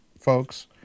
folks